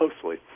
closely